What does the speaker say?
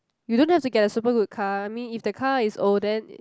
you don't have to get a super good car I mean if the car is old then